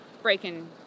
breaking